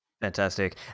Fantastic